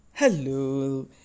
Hello